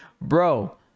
Bro